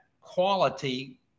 quality